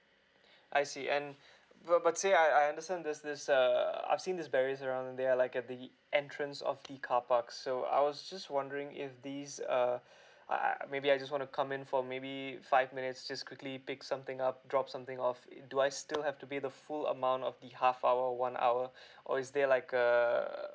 I see and but but say I understand there's this err I've seen this various around there like at the entrance of the carpark so I was just wondering if this uh I I maybe I just want to come in for maybe five minutes just quickly pick something up drop something off it do I still have to pay the full amount of the half hour one hour or is there like err